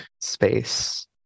space